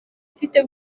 mfite